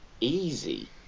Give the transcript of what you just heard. easy